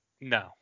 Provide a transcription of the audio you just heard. no